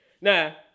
Now